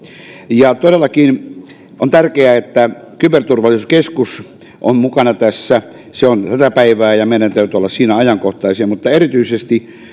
ja todellakin on tärkeää että kyberturvallisuuskeskus on mukana tässä se on tätä päivää ja meidän täytyy olla siinä ajankohtaisia mutta erityisesti